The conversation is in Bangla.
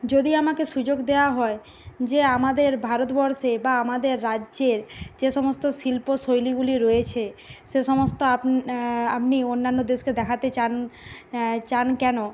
যদি আমাকে সুযোগ দেওয়া হয় যে আমাদের ভারতবর্ষে বা আমাদের রাজ্যের যে সমস্ত শিল্প শৈলীগুলি রয়েছে সে সমস্ত আপনি আপনি অন্যান্য দেশকে দেখাতে চান চান কেন